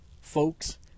folks